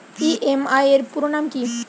EMI এর পুরোনাম কী?